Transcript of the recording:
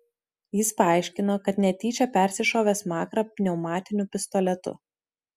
jis paaiškino kad netyčia persišovė smakrą pneumatiniu pistoletu